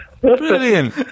Brilliant